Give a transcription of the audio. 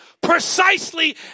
precisely